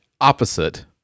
opposite